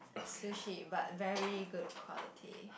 sushi but very good quality